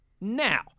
Now